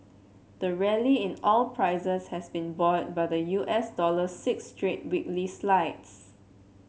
the rally in oil prices has been buoyed by the U S dollar's six straight weekly slides